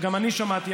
וגם אני שמעתי,